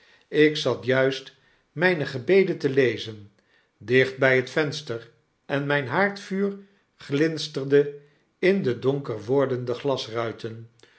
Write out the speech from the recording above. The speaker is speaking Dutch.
ik zat juist mijne gebeden te lezen dicht by het venster en myn haardvuur glinsterde in de donkerwordende